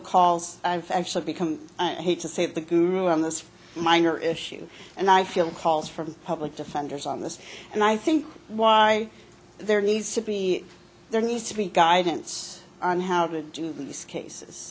calls actually become i hate to say the guru on this minor issue and i feel calls from public defenders on this and i think why there needs to be there needs to be guidance on how to do these cases